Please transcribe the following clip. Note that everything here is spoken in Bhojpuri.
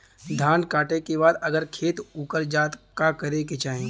धान कांटेके बाद अगर खेत उकर जात का करे के चाही?